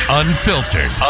unfiltered